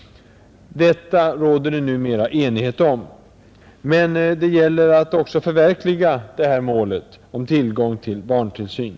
Detta råder det numera enighet om. Men det gäller att också förverkliga målet om tillgång till barntillsyn.